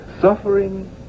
Suffering